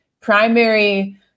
primary